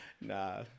Nah